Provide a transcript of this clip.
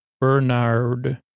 Bernard